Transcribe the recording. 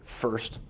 first